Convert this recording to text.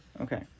Okay